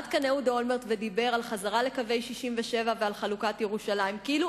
עמד כאן אהוד אולמרט ודיבר על חזרה לקווי 67' ועל חלוקת ירושלים כאילו